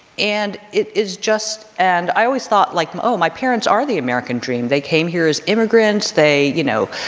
and it is just and i always thought, like, oh, my parents are the american dream. they came here as immigrants. they, you know,